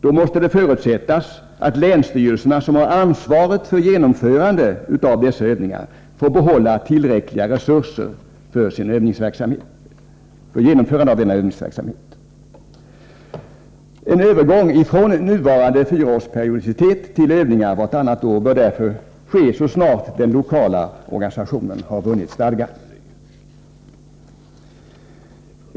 Då måste det förutsättas att länsstyrelserna, som har ansvaret för genomförande av dessa övningar, får behålla tillräckliga resurser för sin övningsverksamhet. En övergång från nuvarande fyraårsperiodicitet till övningar vartannat år bör därför ske så snart den lokala organisationen har vunnit stadga.